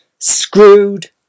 Screwed